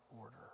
order